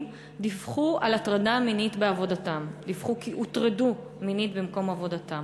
דיווחו כי הוטרדו מינית במקום עבודתם.